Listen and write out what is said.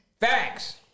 Facts